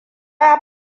ya